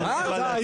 ראשונה.